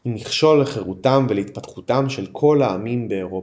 היא מכשול לחירותם ולהתפתחותם של כל העמים באירופה".